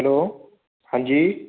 hello ਹਾਂਜੀ